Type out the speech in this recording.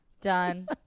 Done